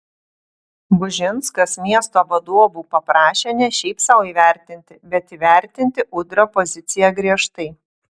bužinskas miesto vadovų paprašė ne šiaip sau įvertinti bet įvertinti udrio poziciją griežtai